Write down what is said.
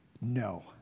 no